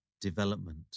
development